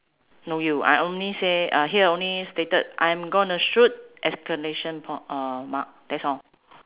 no you I only say uh here only stated I'm going to shoot exclamation uh mark that's all